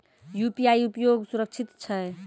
UPI उपयोग सुरक्षित छै?